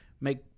make